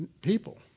people